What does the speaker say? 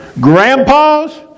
grandpas